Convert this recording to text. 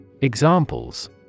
Examples